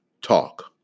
talk